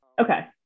okay